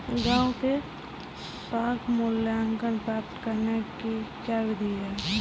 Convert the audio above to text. गाँवों में साख मूल्यांकन प्राप्त करने की क्या विधि है?